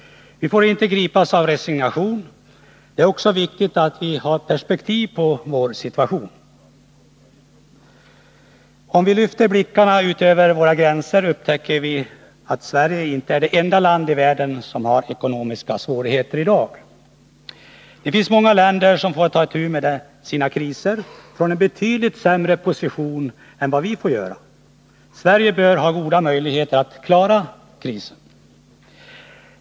Vi får inte gripas av resignation. Det är också viktigt att vi har perspektiv på vår situation. Om vi lyfter blickarna ut över våra gränser upptäcker vi att Sverige inte är det enda land i världen som har ekonomiska svårigheter i dag. Det finns många länder som får ta itu med sina kriser från en betydligt sämre position än vad vi får göra. Sverige bör ha goda möjligheter att klara krisen.